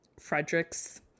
Fredericks